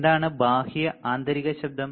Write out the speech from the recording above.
എന്താണ് ബാഹ്യ ആന്തരിക ശബ്ദം